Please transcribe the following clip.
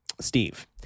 Steve